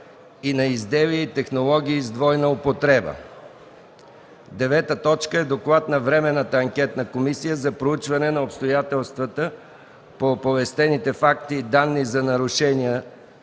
и на изделия и технологии с двойна употреба. 9. Доклад на Временната анкетна комисия за проучване на обстоятелствата по оповестените факти и данни за нарушенията,